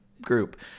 group